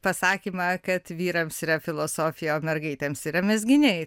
pasakymą kad vyrams yra filosofija o mergaitėms yra mezginiai tai